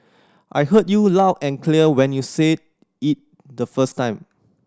I heard you loud and clear when you said it the first time